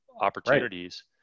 opportunities